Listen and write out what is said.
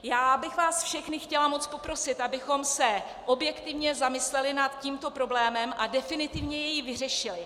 Já bych vás všechny chtěla moc poprosit, abychom se objektivně zamysleli nad tímto problémem a definitivně jej vyřešili.